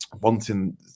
wanting